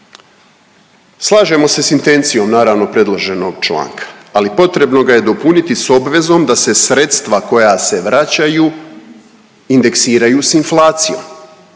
Slažemo se sa intencijom naravno predloženog članka, ali potrebno ga je dopuniti sa obvezom da se sredstva koja se vraćaju indeksiraju sa inflacijom,